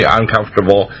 uncomfortable